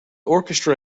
orchestra